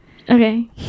Okay